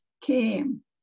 came